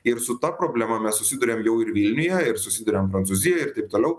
ir su ta problema mes susiduriam jau ir vilniuje ir susiduriam prancūzijoj ir taip toliau